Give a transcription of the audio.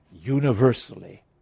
universally